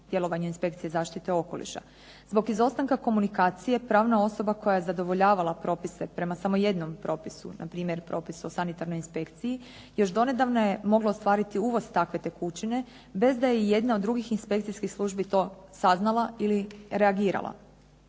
djelovanja inspekcije zaštite okoliša. Zbog izostanka komunikacije pravna osoba koja je zadovoljavala propise prema samo jednom propisu npr. Propisu o sanitarnoj inspekciji još donedavno je mogla ostvariti uvoz takve tekućine bez da je ijedna od drugih inspekcijskih službi to saznala ili reagirala.